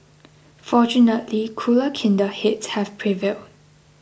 fortunately cooler kinder heads have prevailed